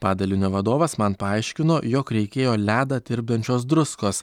padalinio vadovas man paaiškino jog reikėjo ledą tirpdančios druskos